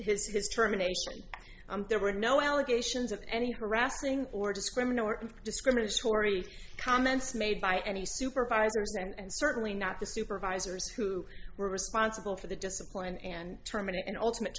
his is terminated there were no allegations of any harassing or discriminatory discriminatory comments made by any supervisors and certainly not the supervisors who were responsible for the discipline and